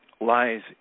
lies